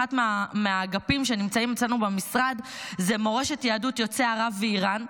אחד מהאגפים שנמצאים אצלנו במשרד זה מורשת יהדות יוצאי ערב ואיראן,